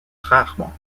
rarement